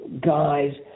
guys